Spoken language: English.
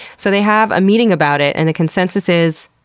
so, they have a meeting about it and the consensus is,